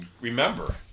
remember